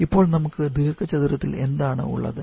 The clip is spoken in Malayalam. ഇപ്പോൾ നമുക്ക് ദീർഘചതുരത്തിൽ എന്താണ് ഉള്ളത്